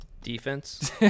Defense